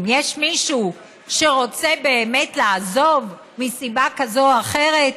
אם יש מישהו שרוצה באמת לעזוב מסיבה כזאת או אחרת,